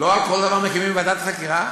לא על כל דבר מקימים ועדת חקירה.